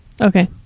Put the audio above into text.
Okay